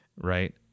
right